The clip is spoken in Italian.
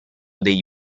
dei